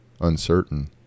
uncertain